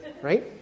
right